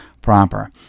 proper